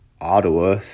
Ottawa